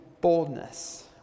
boldness